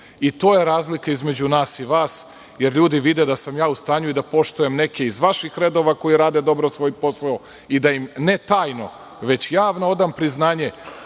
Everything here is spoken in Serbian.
i to je razlika između nas i vas, jer ljudi vide da sam ja u stanju da poštujem neke iz vaših redova koji rade dobro svoj posao i da im ne tajno, već javno odam priznanje